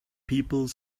people